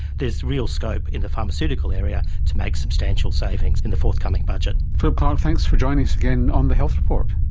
there is real scope in the pharmaceutical area to make substantial savings in the forthcoming budget. philip clarke, um thanks for joining us again on the health report.